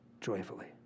joyfully